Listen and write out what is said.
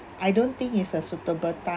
I don't think it's a suitable time